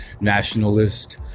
nationalist